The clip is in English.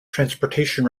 transportation